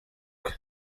kwe